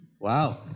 Wow